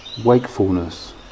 wakefulness